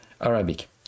Arabic